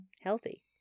healthy